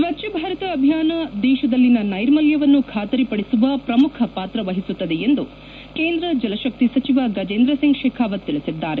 ಸ್ವಚ್ಛ ಭಾರತ ಅಭಿಯಾನ ದೇಶದಲ್ಲಿನ ನೈರ್ಮಲ್ಯವನ್ನು ಖಾತರಿ ಪಡಿಸುವಲ್ಲಿ ಪ್ರಮುಖ ಪಾತ್ರ ವಹಿಸುತ್ತದೆ ಎಂದು ಕೇಂದ್ರ ಜಲಶಕ್ತಿ ಸಚಿವ ಗಜೇಂದ್ರ ಸಿಂಗ್ ಶೇಖಾವತ್ ತಿಳಿಸಿದ್ದಾರೆ